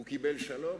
הוא קיבל שלום?